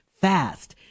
fast